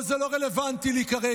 אבל זה לא רלוונטי לי כרגע.